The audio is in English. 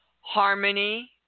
harmony